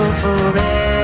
forever